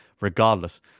regardless